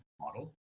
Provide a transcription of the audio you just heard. model